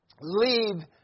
Leave